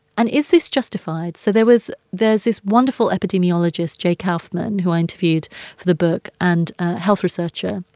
and is this justified? so there was there's this wonderful epidemiologist, jay kaufman, who i interviewed for the book, and a health researcher,